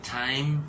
time